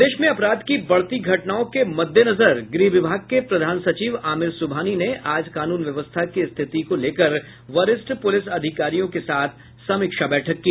प्रदेश में अपराध की बढ़ती घटनाओं के मद्देनजर गृह विभाग के प्रधान सचिव आमिर सुबहानी ने आज कानून व्यवस्था की स्थिति को लेकर वरिष्ठ पुलिस अधिकारियों के साथ समीक्षा बैठक की